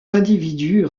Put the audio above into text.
individus